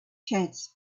chance